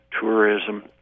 tourism